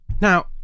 Now